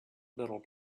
round